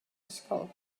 ysgol